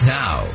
now